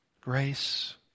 Grace